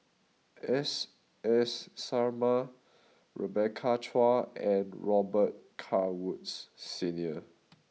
S S Sarma Rebecca Chua and Robet Carr Woods Senior